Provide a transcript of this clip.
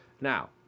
Now